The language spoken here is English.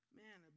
man